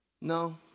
No